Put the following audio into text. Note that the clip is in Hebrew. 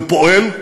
ופועל,